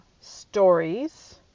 stories